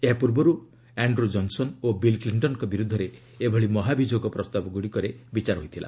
ଏହା ପୂର୍ବରୁ Andrew Johnson ଓ ବିଲ୍ କ୍ଲିଣ୍ଟନ୍ଙ୍କ ବିରୁଦ୍ଧରେ ଏଭଳି ମହାଭିଯୋଗ ପ୍ରସ୍ତାବ ଗୁଡ଼ିକରେ ବିଚାର ହୋଇଥିଲା